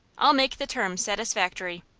i'll make the terms satisfactory.